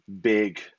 big